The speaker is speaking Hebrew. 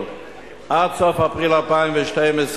עד סוף אפריל 2012,